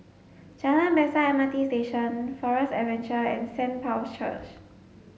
Jalan Besar M R T Station Forest Adventure and Saint Paul's Church